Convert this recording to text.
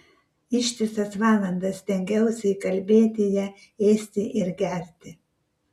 ištisas valandas stengiausi įkalbėti ją ėsti ir gerti